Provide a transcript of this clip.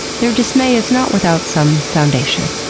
their dismay is not without some foundation.